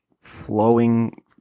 flowing